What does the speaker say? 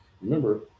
remember